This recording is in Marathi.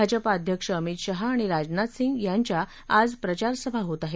भाजपा अध्यक्ष अमित शाह आणि राजनाथ सिंग यांच्या आज प्रचारसभा होत आहेत